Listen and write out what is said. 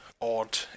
odd